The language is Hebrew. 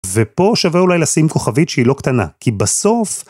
ופה שווה אולי לשים כוכבית שהיא לא קטנה, כי בסוף...